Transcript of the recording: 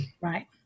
Right